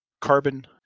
Carbon